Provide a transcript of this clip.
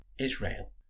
Israel